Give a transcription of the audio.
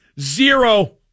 Zero